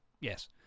yes